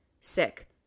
sick